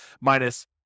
minus